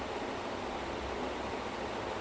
right that [one] then Kaithi was also good